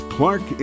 Clark